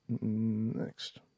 Next